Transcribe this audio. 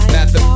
Math